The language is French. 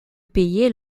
payer